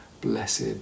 blessed